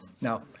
Now